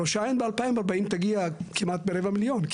ראש העין ב-2040 תגיע כמעט לרבע מיליון,